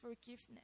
forgiveness